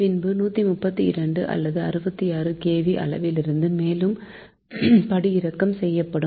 பின்பு 132 அல்லது 66 kV அளவிலிருந்து மேலும் படியிறக்கம் செய்யப்படும்